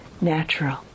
natural